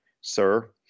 Sir